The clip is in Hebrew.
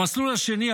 במסלול השני,